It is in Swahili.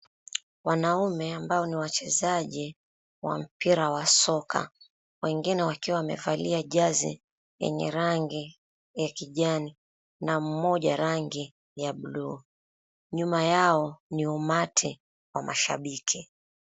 Wanaume ambao ni wachezaji wa mpira wa soka wengine wakiwa wamevalia jezi yenye rangi ya kijani na mmoja rangi ya buluu. Nyuma yao ni umati wa mashabiki.